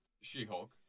She-Hulk